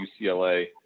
UCLA